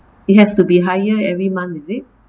it has to be higher every month is it